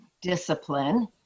discipline